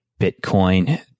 Bitcoin